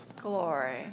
Glory